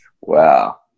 Wow